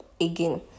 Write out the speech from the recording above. Again